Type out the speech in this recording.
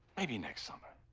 maybe next summer,